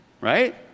right